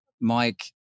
mike